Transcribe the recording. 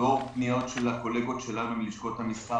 לאור פניות של הקולגות שלנו מלשכות המסחר,